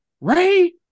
Ray